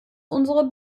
unsere